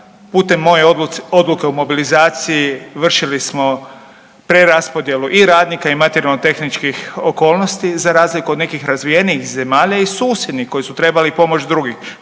Putem moje odluke o mobilizaciji vršili smo preraspodjelu i radnika i materijalno tehničkih okolnosti za razliku od nekih razvijenijih zemalja i susjednih koje su trebali pomoć drugih.